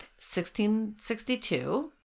1662